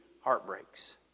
heartbreaks